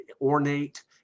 ornate